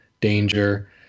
danger